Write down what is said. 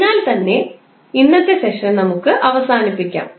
അതിനാൽ ഇന്നത്തെ സെഷൻ നമുക്ക് അവസാനിപ്പിക്കാം